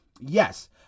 Yes